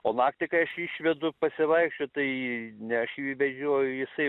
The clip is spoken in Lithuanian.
o naktį kai aš jį išvedu pasivaikščiot tai ne aš jį vežioju jisai